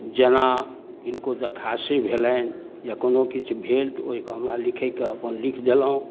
जेना किनको दरखासे भेलनि या कोनो किछु भेल तऽ ओइके हमरा लिखैके अपन लिख देलहुँ